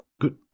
good